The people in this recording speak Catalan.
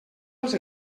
els